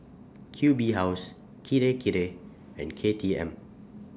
Q B House Kirei Kirei and K T M